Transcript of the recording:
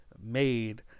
made